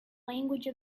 language